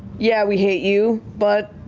yeah, we hate you. but